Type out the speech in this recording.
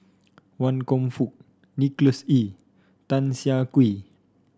Wan Kam Fook Nicholas Ee Tan Siah Kwee